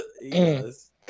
Yes